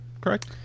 correct